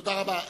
תודה רבה.